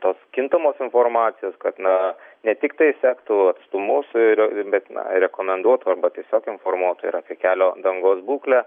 tos kintamos informacijos kad na ne tiktai sektų atstumus ir bet na ir rekomenduotų arba tiesiog informuotų ir apie kelio dangos būklę